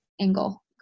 angle